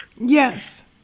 Yes